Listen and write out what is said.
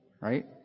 right